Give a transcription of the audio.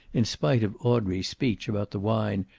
in spite of audrey's speech about the wine,